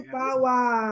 power